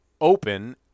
Open